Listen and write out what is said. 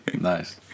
Nice